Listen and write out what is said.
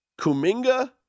Kuminga